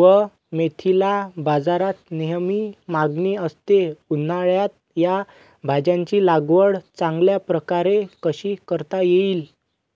व मेथीला बाजारात नेहमी मागणी असते, उन्हाळ्यात या भाज्यांची लागवड चांगल्या प्रकारे कशी करता येईल?